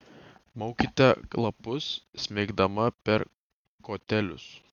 maukite lapus smeigdama per kotelius